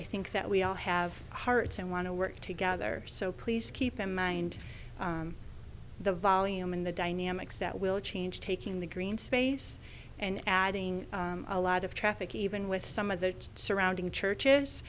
i think that we all have hearts and want to work together so please keep in mind the volume and the dynamics that will change taking the green space and adding a lot of traffic even with some of the surrounding church